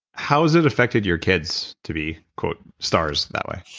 how has it affected your kids to be stars that way?